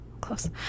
close